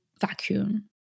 vacuum